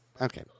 okay